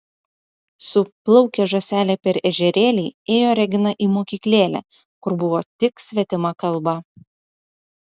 su plaukė žąselė per ežerėlį ėjo regina į mokyklėlę kur buvo tik svetima kalba